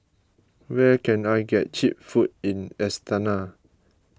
where can I get Cheap Food in Astana